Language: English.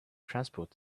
transport